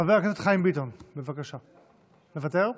חבר הכנסת חיים ביטון, בבקשה, מוותר?